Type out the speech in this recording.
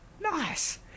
Nice